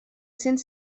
cents